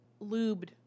Lubed